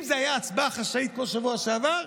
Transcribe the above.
ואם זו הייתה הצבעה חשאית כמו בשבוע שעבר,